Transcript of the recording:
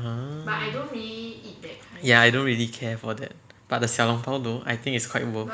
oh ya I don't really care for that but the 小笼包 though I think it's quite worth